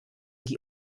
die